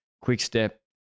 Quickstep